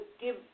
give